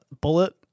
bullet